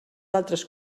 altres